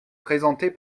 présenté